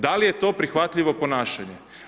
Da li je to prihvatljivo ponašanje?